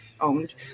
owned